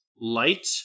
light